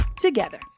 together